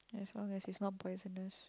as long as it's not poisonous